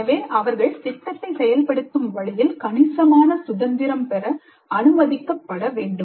எனவே அவர்கள் திட்டத்தை செயல்படுத்தும் வழியில் கணிசமான சுதந்திரம் பெற அனுமதிக்கப்பட வேண்டும்